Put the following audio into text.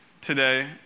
today